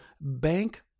bank